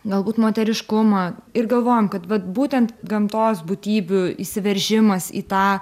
galbūt moteriškumą ir galvojom kad vat būtent gamtos būtybių įsiveržimas į tą